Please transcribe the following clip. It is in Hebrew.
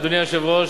אדוני היושב-ראש,